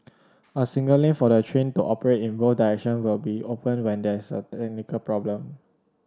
a single lane for the train to operate in both direction will be open when there is a technical problem